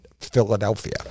Philadelphia